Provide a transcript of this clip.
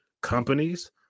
companies